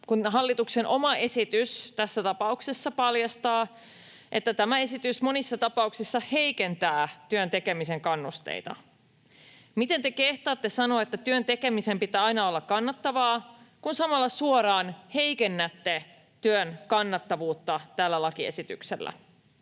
kun hallituksen oma esitys tässä tapauksessa paljastaa, että tämä esitys monissa tapauksissa heikentää työn tekemisen kannusteita. Miten te kehtaatte sanoa, että työn tekemisen pitää aina olla kannattavaa, kun samalla suoraan heikennätte työn kannattavuutta tällä lakiesityksellä?